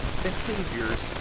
behaviors